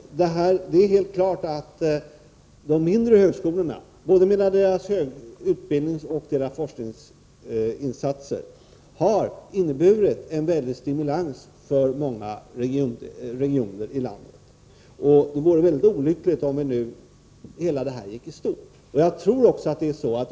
Det är helt klart att de mindre högskolorna — både när det gäller deras utbildningsoch forskningsinsatser — har inneburit en stimulans för många regioner i landet. Det vore mycket olyckligt om detta gick om intet.